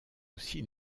aussi